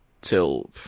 till